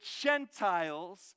Gentiles